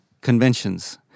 conventions